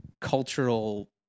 cultural –